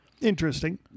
Interesting